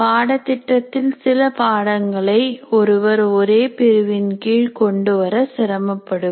பாடத்திட்டத்தில் சில பாடங்களை ஒருவர் ஒரே பிரிவின் கீழ் கொண்டுவர சிரமப்படுவர்